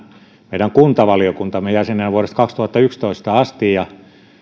meidän kuntavaliokuntamme jäsenenä jo vuodesta kaksituhattayksitoista asti ja